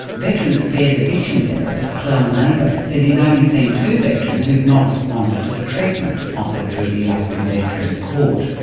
veterans' affairs addiction therapist, clell neighbor, says he's only seen two veterans who have not responded to the treatment offered through the alaskan veterans' court.